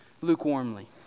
lukewarmly